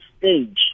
stage